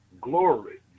Glory